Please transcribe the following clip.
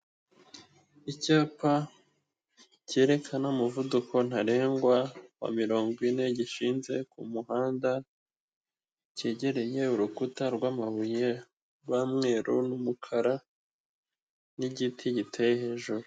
Icyapa cyerekana umuvuduko ntarengwa wa mirongo ine gishinze ku muhanda cyegereye urukuta rw'amabuye rwa mweru n'umukara n'igiti giteye hejuru.